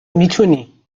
میتونی